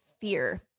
fear